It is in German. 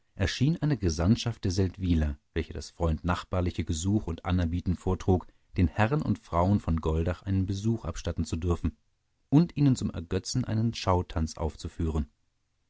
erschien eine gesandtschaft der seldwyler welche das freundnachbarliche gesuch und anerbieten vortrug den herren und frauen von goldach einen besuch abstatten zu dürfen und ihnen zum ergötzen einen schautanz aufzuführen